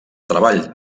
treball